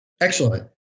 Excellent